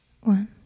one